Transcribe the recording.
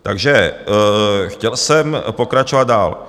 Takže chtěl jsem pokračovat dál.